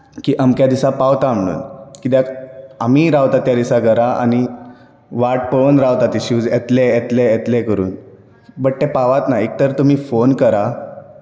की अमके दिसा पावता म्हणून कित्याक आमीय रावता त्या दिसा घरा आनी वाट पळोवन रावतात ते शूज येतले येतले येतले करून बट ते पावत ना एकतर तुमी फोन करा